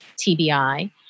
TBI